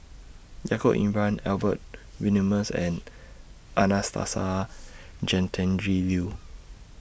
Yaacob Ibrahim Albert Winsemius and Anastasia Tjendri Liew